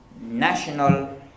national